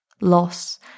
loss